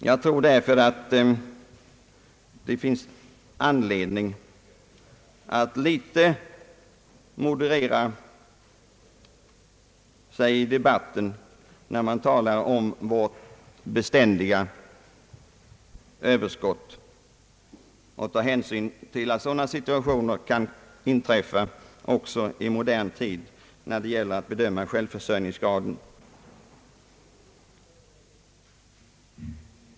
Jag tror av de skäl som jag har anfört att det finns anledning att något moderera debatten när man talar om vårt beständiga överskott och att betänka att sådana situationer som jag här har angett kan inträffa också i modern tid, när man bedömer såväl inkomstsituation som självförsörjningsgrad.